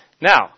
Now